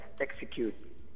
execute